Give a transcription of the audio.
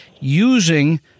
using